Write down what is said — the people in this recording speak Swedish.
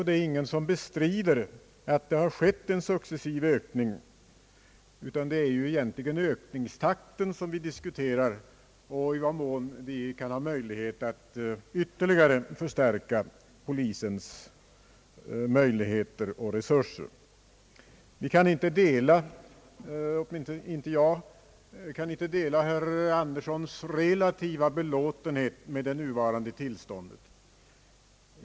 Det är ingen som bestrider att det skett en successiv ökning, utan det är ju egentligen ökningstakten som vi diskuterar och i vad mån vi kan ha möjlighet att ytterligare förstärka polisens resurser. Vi kan inte — åtminstone inte jag — dela herr Birger Anderssons relativa belåtenhet med det nuvarande tillståndet.